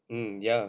ya